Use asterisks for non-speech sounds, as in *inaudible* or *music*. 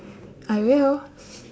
I will *laughs*